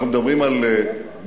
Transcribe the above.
אנחנו מדברים על ביו-טכנולוגיה,